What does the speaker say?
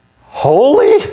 Holy